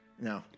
No